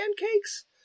pancakes